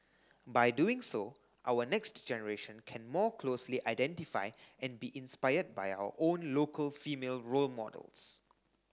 by doing so our next generation can more closely identify and be inspired by our own local female role models